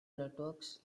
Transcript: networks